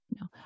no